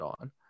on